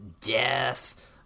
death